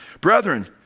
Brethren